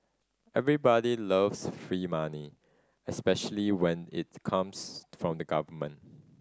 everybody loves free money especially when it comes from the government